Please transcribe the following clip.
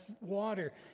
water